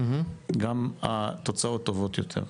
גם התוצאות טובות יותר.